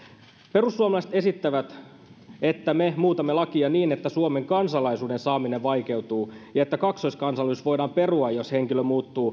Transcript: perussuomalaiset esittävät että me muutamme lakia niin että suomen kansalaisuuden saaminen vaikeutuu ja että kaksoiskansalaisuus voidaan perua jos henkilö